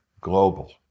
global